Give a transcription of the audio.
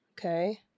Okay